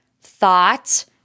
thought –